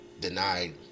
denied